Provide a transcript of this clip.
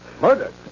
Murdered